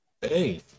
Hey